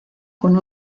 con